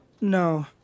No